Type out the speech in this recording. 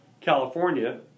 California